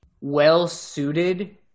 well-suited